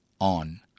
on